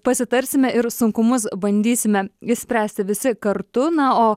pasitarsime ir sunkumus bandysime išspręsti visi kartu na o